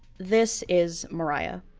this is mariah,